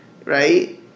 Right